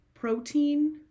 protein